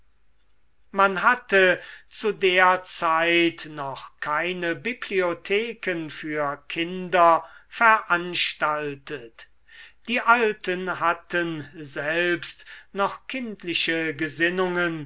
man hatte zu der zeit noch keine bibliotheken für kinder veranstaltet die alten hatten selbst noch kindliche gesinnungen